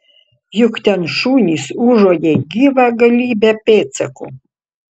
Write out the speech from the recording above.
juk ten šunys užuodė gyvą galybę pėdsakų